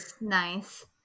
Nice